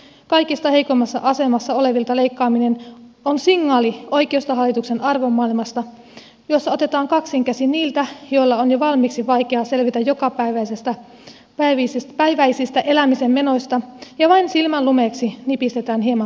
kaikista heikoimmassa asemassa olevilta leikkaaminen on signaali oikeistohallituksen arvomaailmasta jossa otetaan kaksin käsin niiltä joilla on jo valmiiksi vaikeaa selvitä jokapäiväisistä elämisen menoista ja vain silmänlumeeksi nipistetään hieman suurituloisilta